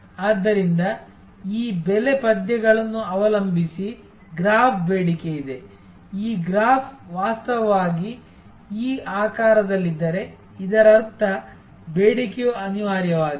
ಆದ್ದರಿಂದ ಈ ಬೆಲೆ ಪದ್ಯಗಳನ್ನು ಅವಲಂಬಿಸಿ ಗ್ರಾಫ್ ಬೇಡಿಕೆಯಿದೆ ಈ ಗ್ರಾಫ್ ವಾಸ್ತವವಾಗಿ ಈ ಆಕಾರದಲ್ಲಿದ್ದರೆ ಇದರರ್ಥ ಬೇಡಿಕೆಯು ಅನಿವಾರ್ಯವಾಗಿದೆ